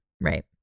Right